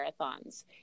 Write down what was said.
marathons